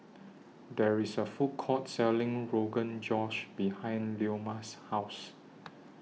There IS A Food Court Selling Rogan Josh behind Leoma's House